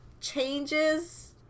changes